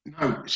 No